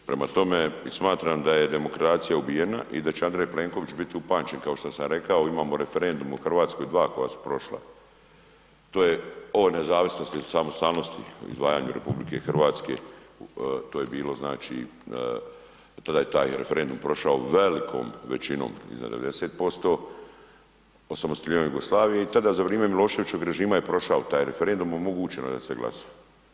Prema tome, smatram da je demokracija ubijena i da će Andrej Plenković bio upamćen kao što sam rekao, imamo referendum u Hrvatskoj dva koja su prošla, to je o nezavisnosti i samostalnosti izdvajanja RH, to je bilo tada je taj referendum prošao velikom većinom iznad 90% osamostaljivanja od Jugoslavije i tada za vrijeme Miloševićevog režima je prošao je taj referendum i omogućeno je da se glasuje.